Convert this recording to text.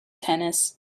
tennis